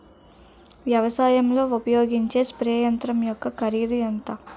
వ్యవసాయం లో ఉపయోగించే స్ప్రే యంత్రం యెక్క కరిదు ఎంత?